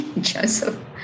Joseph